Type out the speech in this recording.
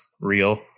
real